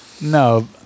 No